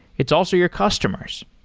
it's also your customers.